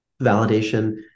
validation